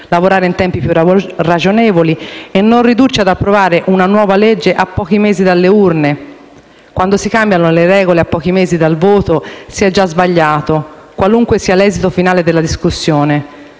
lavorare in tempi più ragionevoli, e non ridurci ad approvare una nuova legge a pochi mesi dalle urne. Quando si cambiano le regole a pochi mesi dal voto si è già sbagliato, qualunque sia l'esito finale della discussione.